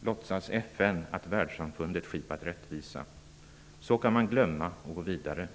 låtsas FN att världssamfundet skipat rättvisa. Så kan man glömma och gå vidare.